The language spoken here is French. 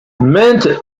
maintes